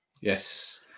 Yes